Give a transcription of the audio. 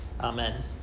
Amen